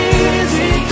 easy